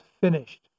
finished